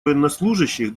военнослужащих